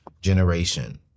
generation